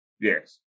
Yes